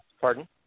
pardon